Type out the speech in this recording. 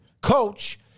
coach